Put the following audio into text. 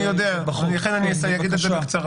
אני יודע, לכן אני אגיד את זה בקצרה.